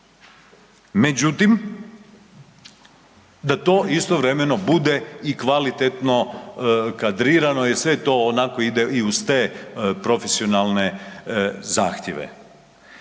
međutim, da to istovremeno bude i kvalitetno kadrirano jel sve to onako ide i uz te profesionalne zahtjeve.